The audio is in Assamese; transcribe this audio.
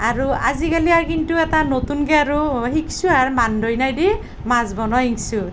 আৰু আজিকালি আৰ কিন্তু এটা নতুনকে আৰু শিকছো আৰু মান ধনিয়া দি মাছ বনোৱা শিকছো